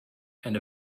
and